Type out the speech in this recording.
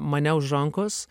mane už rankos